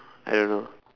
I don't know